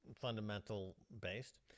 fundamental-based